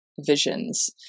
visions